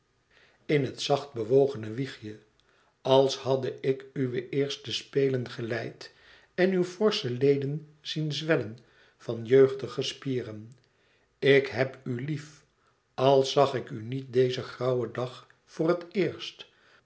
in het zacht bewogene wiegje als hadde ik uwe eerste spelen geleid en uw forsche leden zien zwellen van jeugdige spieren ik heb u lief als zag ik u niet dezen grauwen dag voor het eerst